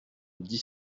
dix